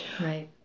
Right